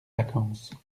vacances